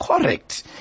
correct